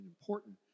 important